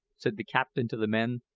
said the captain to the men.